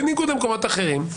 בניגוד למקומות אחרים,